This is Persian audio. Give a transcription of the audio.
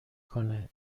کنه